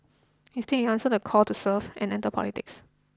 instead he answered the call to serve and entered politics